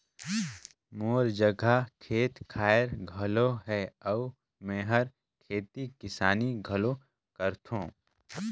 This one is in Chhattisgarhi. मोर जघा खेत खायर घलो हे अउ मेंहर खेती किसानी घलो करथों